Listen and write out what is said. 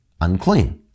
unclean